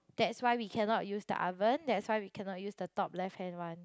that's why we cannot use the oven that's why we cannot use the top left hand one